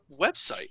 website